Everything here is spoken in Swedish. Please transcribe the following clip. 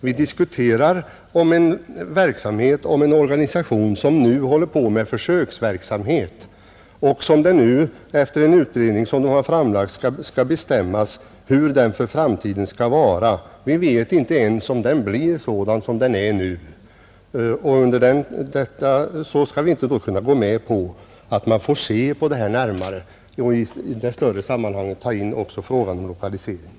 Vi diskuterar om en organisation som håller på med försöksverksamhet och vars framtida utformning nu, efter en utredning som har framlagts, skall bestämmas, Vi vet alltså inte ens om den blir sådan som den nu är — och då skall vi inte kunna gå med på att man ser litet närmare på saken och i det större sammanhanget tar in också frågan om lokaliseringen.